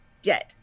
dead